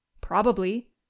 Probably